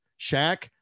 Shaq